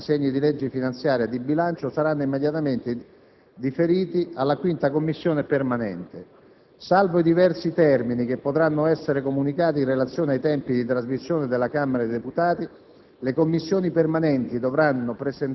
Non appena trasmessi dalla Camera dei deputati i disegni di legge finanziaria e di bilancio saranno immediatamente deferiti alla 5a Commissione permanente. Salvo i diversi termini che potrebbero essere comunicati in relazione ai tempi di trasmissione dalla Camera dei deputati,